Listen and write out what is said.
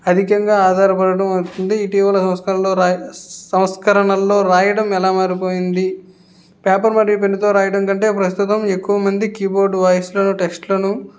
అధికంగా ఆధారపడడం అవుతుంది ఇటీవల సంస్కరణలో రా సంస్కరణల్లో వ్రాయడం ఎలా మారిపోయింది పేపర్ మరియు పెన్నుతో వ్రాయడం కంటే ప్రస్తుతం ఎక్కువ మంది కీబోర్డ్ వాయిస్లను టెస్ట్లను